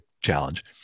challenge